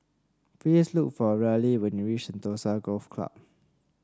please look for Riley when you reach Sentosa Golf Club